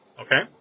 Okay